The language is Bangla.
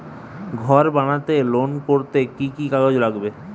ঘর বানাতে লোন করতে কি কি কাগজ লাগবে?